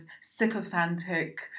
sycophantic